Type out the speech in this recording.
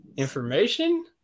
Information